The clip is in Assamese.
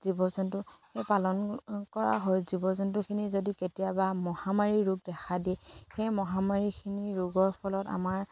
জীৱ জন্তু পালন কৰা হয় জীৱ জন্তুখিনি যদি কেতিয়াবা মহামাৰীৰ ৰোগ দেখা দিয়ে সেই মহামাৰীখিনি ৰোগৰ ফলত আমাৰ